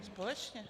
Společně?